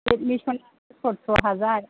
admission सथर' हाजार